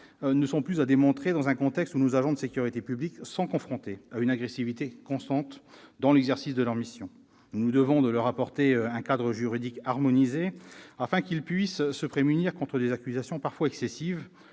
ne sont plus à démontrer dans un contexte où nos agents de sécurité publique sont confrontés à une agressivité croissante dans l'exercice de leurs missions. Nous nous devons de leur apporter un cadre juridique harmonisé afin qu'ils puissent se prémunir contre des accusations parfois excessives.